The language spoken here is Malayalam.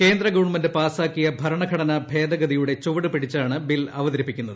കേന്ദ്ര ഗവൺമെന്റ് പാസ്സാക്കിയ ഭരണഘടനാ ഭേദഗതിയുടെ ചുവടു പിടിച്ചാണ് ബിൽ അവതരിപ്പിക്കുന്നത്